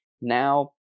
Now